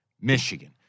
Michigan